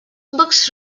books